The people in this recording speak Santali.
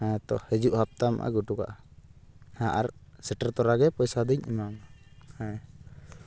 ᱦᱮᱸ ᱛᱚ ᱦᱤᱡᱩᱜ ᱦᱟᱯᱛᱟᱢ ᱟᱹᱜᱩ ᱦᱚᱴᱚᱠᱟᱜᱼᱟ ᱦᱮᱸ ᱟᱨ ᱥᱮᱴᱮᱨ ᱛᱚᱨᱟᱜᱮ ᱯᱚᱭᱥᱟᱫᱩᱧ ᱮᱢᱟᱢᱟ ᱦᱮᱸ